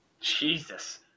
Jesus